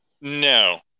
No